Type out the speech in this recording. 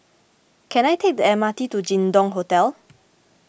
can I take the M R T to Jin Dong Hotel